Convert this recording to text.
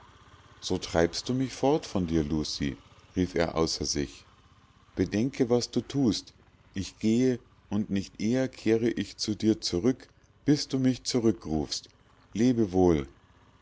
so treibst du mich fort von dir lucie rief er außer sich bedenke was du thust ich gehe und nicht eher kehre ich zu dir zurück bis du mich zurückrufst lebe wohl